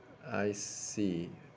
I see